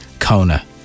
Kona